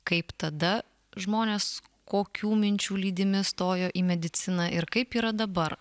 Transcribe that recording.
kaip tada žmonės kokių minčių lydimi stojo į mediciną ir kaip yra dabar